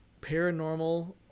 paranormal